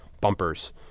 bumpers